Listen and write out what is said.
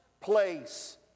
place